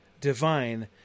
divine